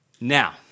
Now